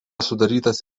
sudarytas